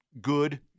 good